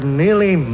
nearly